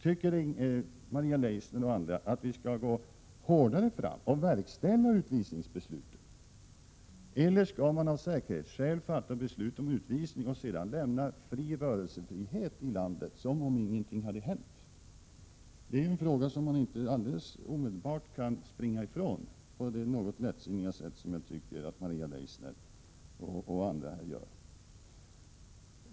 Tycker Maria Leissner och andra att vi skall gå hårdare fram och verkställa utvisningsbesluten? Eller skall man av säkerhetsskäl fatta beslut om utvisning för att sedan ge rörelsefrihet i landet som om ingenting hade hänt? Detta är en fråga som man inte kan springa ifrån på det något lättsinniga sätt som jag tycker att Maria Leissner och andra använder sig av.